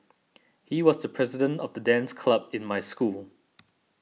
he was the president of the dance club in my school